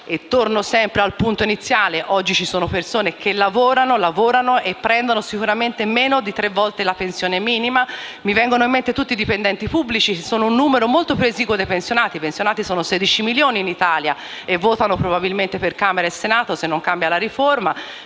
Torno sempre al punto iniziale; oggi ci sono persone che lavorano e prendono sicuramente meno di tre volte la pensione minima. Mi vengono in mente tutti i dipendenti pubblici, che sono un numero molto più esiguo dei pensionati. Questi ultimi sono infatti 16 milioni in Italia e votano probabilmente per Camera e Senato, se la riforma